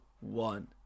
one